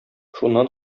шуннан